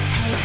Hey